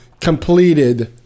completed